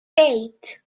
eight